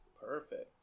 Perfect